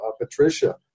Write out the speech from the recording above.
Patricia